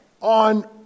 on